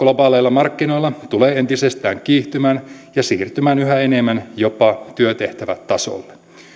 markkinoilla tulee entisestään kiihtymään ja siirtymään yhä enemmän jopa työtehtävätasolle